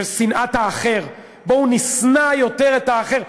של שנאת האחר: בואו נשנא יותר את האחר,